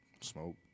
smoke